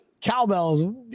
Cowbells